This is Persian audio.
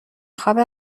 خواب